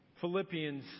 Philippians